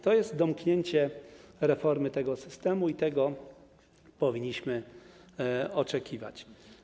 To jest domknięcie reformy tego systemu i tego powinniśmy oczekiwać.